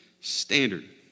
standard